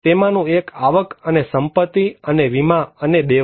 તેમાંનું એક આવક અને સંપત્તિ અને વીમા અને દેવા